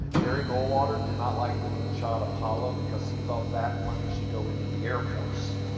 barry goldwater did not like the moonshot apollo, because he thought that money should go into the air force.